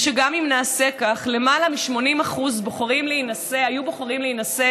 ושגם אם נעשה כך, למעלה מ-80% היו בוחרים להינשא